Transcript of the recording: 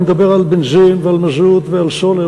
אני מדבר על בנזין ועל מזוט ועל סולר.